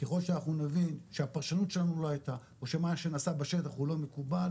ככל שאנחנו נבין שהפרשנות שלנו לא היתה או שמה שנעשה בשטח הוא לא מקובל,